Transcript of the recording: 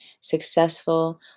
successful